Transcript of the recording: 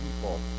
people